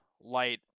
Light